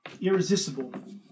irresistible